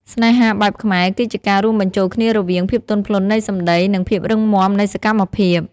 ស្នេហាបែបខ្មែរគឺជាការរួមបញ្ចូលគ្នារវាង ភាពទន់ភ្លន់នៃសម្តី និង ភាពរឹងមាំនៃសកម្មភាព។